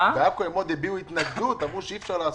בעכו הם עוד הביעו התנגדות, אמרו שאי אפשר לעשות,